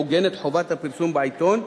מעוגנת חובת הפרסום בעיתון,